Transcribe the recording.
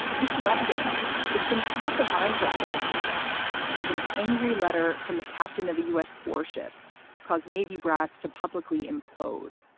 this lesson it's been top of mind for adam this week as an angry letter from the captain of a u s. warship caused navy brass to publicly implode.